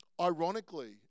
Ironically